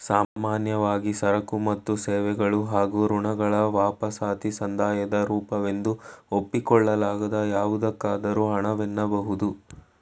ಸಾಮಾನ್ಯವಾಗಿ ಸರಕು ಮತ್ತು ಸೇವೆಗಳು ಹಾಗೂ ಋಣಗಳ ವಾಪಸಾತಿ ಸಂದಾಯದ ರೂಪವೆಂದು ಒಪ್ಪಿಕೊಳ್ಳಲಾಗದ ಯಾವುದಕ್ಕಾದರೂ ಹಣ ವೆನ್ನಬಹುದು